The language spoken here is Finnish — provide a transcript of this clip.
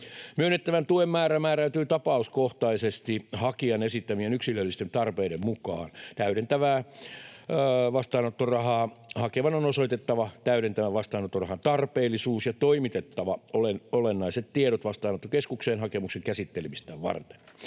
Myönnettävän tuen määrä määräytyy tapauskohtaisesti hakijan esittämien yksilöllisten tarpeiden mukaan. Täydentävää vastaanottorahaa hakevan on osoitettava täydentävän vastaanottorahan tarpeellisuus ja toimitettava olennaiset tiedot vastaanottokeskukseen hakemuksen käsittelemistä varten.